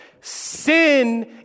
Sin